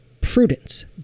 prudence